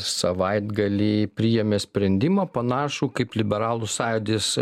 savaitgalį priėmė sprendimą panašų kaip liberalų sąjūdis